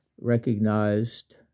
recognized